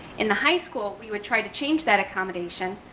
in the high school, we would try to change that accommodation